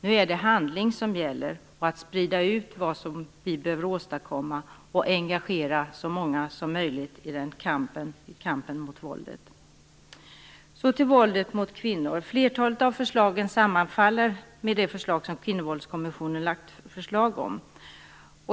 Det är nu handling som det gäller, att sprida ut vad som behöver åstadkommas och att engagera så många som möjligt i kampen mot våldet. Så till våldet mot kvinnor. Flertalet av förslagen sammanfaller med de förslag som Kvinnovåldskommissionen lagt fram.